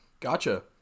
Gotcha